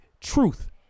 truth